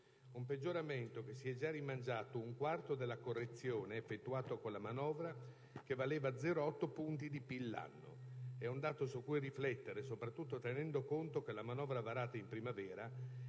Un peggioramento che si è già rimangiato un quarto della correzione effettuata con la manovra e che valeva 0,8 punti di PIL l'anno. È un dato su cui riflettere, soprattutto tenendo conto che la manovra varata in primavera